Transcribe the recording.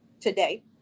today